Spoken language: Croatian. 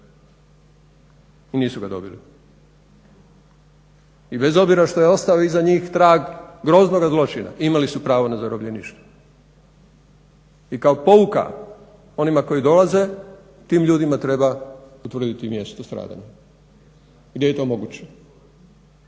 I nisu ga dobili. I bez obzira što je ostao iz njih traga groznoga zločina imali su pravo na zarobljeništvo. I kao pouka onima koji dolaze tim ljudima treba utvrditi mjesto stradanja, gdje je to moguće